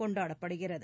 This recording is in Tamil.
கொண்டாடப்படுகிறது